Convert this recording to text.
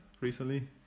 Recently